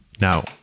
Now